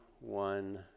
one